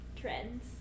trends